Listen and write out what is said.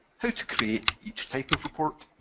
how to create each type of report